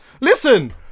Listen